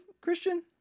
Christian